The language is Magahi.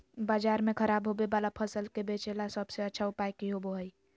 बाजार में खराब होबे वाला फसल के बेचे ला सबसे अच्छा उपाय की होबो हइ?